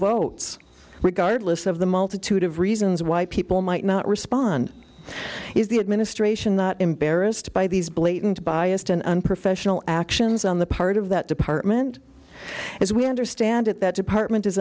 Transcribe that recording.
vote regardless of the multitude of reasons why people might not respond is the administration not embarrassed by these blatant biased and unprofessional actions on the part of that department as we understand it that department is